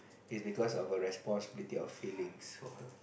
is because of a responsibility of feelings for her